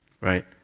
right